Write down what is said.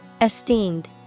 Esteemed